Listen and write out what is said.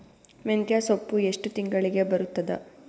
ಮೆಂತ್ಯ ಸೊಪ್ಪು ಎಷ್ಟು ತಿಂಗಳಿಗೆ ಬರುತ್ತದ?